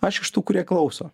aš iš tų kurie klauso